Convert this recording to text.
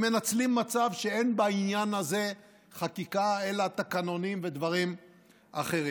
מנצלים מצב שאין בעניין הזה חקיקה אלא תקנונים ודברים אחרים.